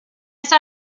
saw